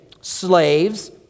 slaves